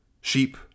sheep